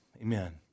Amen